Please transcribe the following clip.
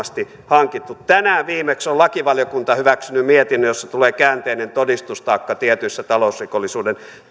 on laittomasti hankittu tänään viimeksi on lakivaliokunta hyväksynyt mietinnön jossa tulee käänteinen todistustaakka tietyissä talousrikollisuuden